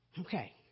Okay